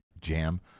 jam